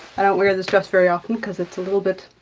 i don't wear this dress very often because it's a little bit